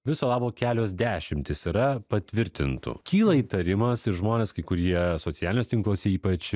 viso labo kelios dešimtys yra patvirtintų kyla įtarimas ir žmonės kai kurie socialiniuos tinkluos ypač